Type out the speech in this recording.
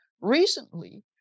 recently